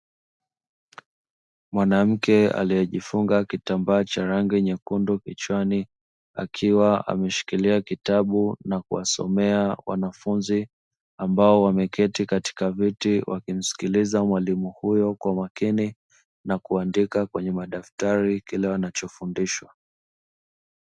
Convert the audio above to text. Mwanamke aliye jifunga kitambaa cha rangi nyekundu kichwani, akiwa ameshikilia kitabu na kuwasomea wanafunzi ambao wameketi katika viti, wakimsikiliza mwalimu huyo kwa makini na kuandika kwenye madaftari kile wanacho fundishwa.